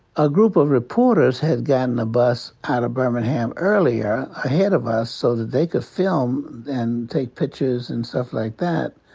a group of reporters had gotten a bus out of birmingham earlier ahead of us so that they could film and take pictures and stuff like that.